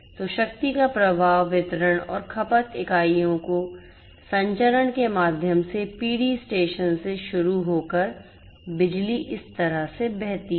तो शक्ति का प्रवाह वितरण और खपत इकाइयों को संचरण के माध्यम से पीढ़ी स्टेशन से शुरू होकर बिजली इस तरह से बहती है